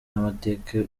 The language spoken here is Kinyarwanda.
n’amateka